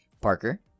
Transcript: Parker